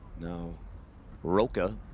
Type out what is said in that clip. now rocca,